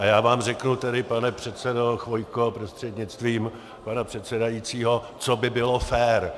A já vám řeknu, pane předsedo Chvojko prostřednictvím pana předsedajícího, co by bylo fér.